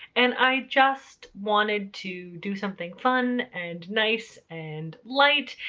and i just wanted to do something fun and nice and light!